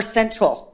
central